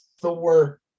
thor